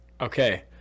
okay